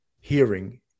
hearing